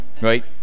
Right